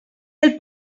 del